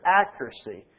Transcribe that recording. accuracy